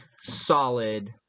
solid